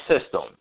system